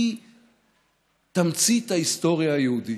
היא תמצית ההיסטוריה היהודית.